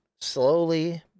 Slowly